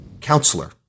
counselor